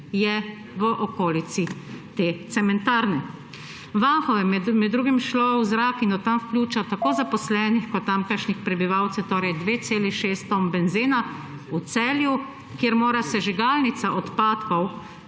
je v okolici te cementarne. V Anhovem je torej med drugim šlo v zrak in od tam v pljuča tako zaposlenih kot tamkajšnjih prebivalcev 2,6 tone benzena, v Celju, kjer mora sežigalnica odpadkov